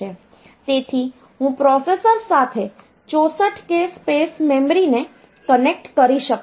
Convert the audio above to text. તેથી હું પ્રોસેસર સાથે 64k સ્પેસ મેમરીને કનેક્ટ કરી શકું છું